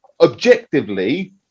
objectively